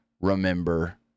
remember